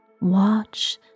Watch